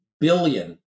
billion